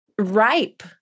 ripe